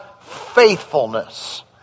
faithfulness